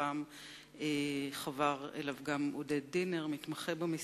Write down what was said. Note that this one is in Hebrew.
הפעם חבר אליו גם עודד דינר, מתמחה במשרד,